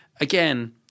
again